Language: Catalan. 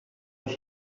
als